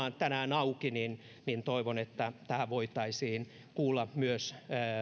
auki niin toivon että tähän voitaisiin kuulla myös